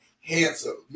handsome